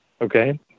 okay